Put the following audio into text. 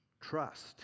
trust